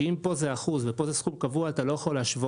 שאם פה זה אחוז ופה זה סכום קבוע אתה לא יכול להשוות.